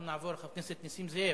אנחנו נעבור לחבר הכנסת נסים זאב.